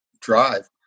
drive